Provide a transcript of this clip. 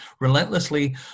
relentlessly